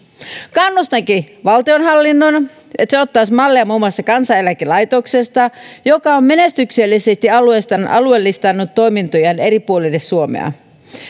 kannustankin valtionhallintoa että se ottaisi mallia muun muassa kansaneläkelaitoksesta joka on menestyksellisesti alueellistanut alueellistanut toimintojaan eri puolelle suomea